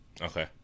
Okay